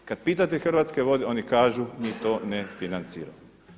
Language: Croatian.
Kad pitate Hrvatske vode oni kažu mi to ne financiramo.